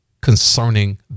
concerning